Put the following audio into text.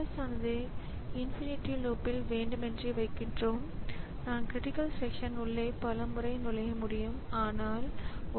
B யால் இயக்கப்படலாம் ஆனால் மானிட்டர் தெளிவுத்திறன் அடிப்படையில் கிராபிக்ஸ் திறன்களைப் பொறுத்து இந்த அடிப்படை யூ